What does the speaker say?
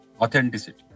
Authenticity